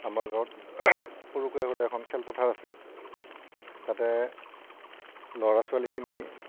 আমাৰ গাঁৱত সৰুকৈ হ'লে এখন খেলপথাৰ আছে তাতে ল'ৰা ছোৱালীখিনি